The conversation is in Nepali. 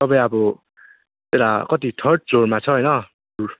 तपाईँ अब कति थर्ड फ्लोरमा छ हैन